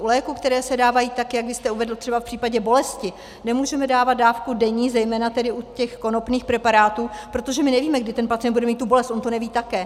U léků, které se dávají tak, jak vy jste uvedl třeba v případě bolesti, nemůžeme dávat dávku denní, zejména tedy u těch konopných preparátů, protože my nevíme, kdy ten pacient bude mít bolest, on to neví také.